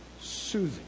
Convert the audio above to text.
soothing